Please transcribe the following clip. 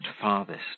farthest